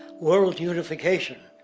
world unification,